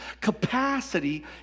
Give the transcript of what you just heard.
capacity